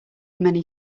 many